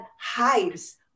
hives